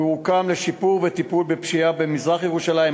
הוא הוקם לשיפור וטיפול בפשיעה במזרח-ירושלים,